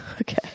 Okay